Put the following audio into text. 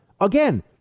again